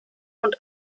und